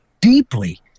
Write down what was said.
deeply